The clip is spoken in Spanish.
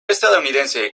estadounidense